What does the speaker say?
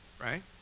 right